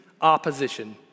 opposition